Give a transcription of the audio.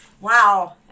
Wow